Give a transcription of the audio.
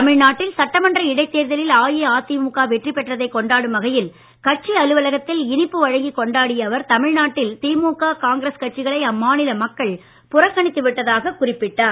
தமிழ்நாட்டில் சட்டமன்ற இடைத்தேர்தலில் அஇஅதிமுக வெற்றி பெற்றதை கொண்டாடும் வகையில் கட்சி அலுவலகத்தில் இனிப்பு வழங்கி கொண்டாடிய அவர் தமிழ்நாட்டில் திமுக காங்கிரஸ் கட்சிகளை அம்மாநில மக்கள் புறக்கணித்து விட்டதாக குறிப்பிட்டார்